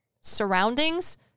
surroundings